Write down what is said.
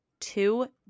two